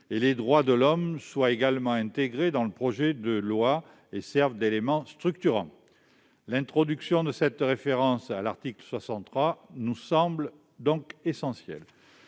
et les droits de l'homme soient également intégrés dans le projet de loi et servent d'éléments structurants ». L'introduction de cette référence à l'alinéa 63 nous semble donc essentielle.